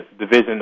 division